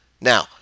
Now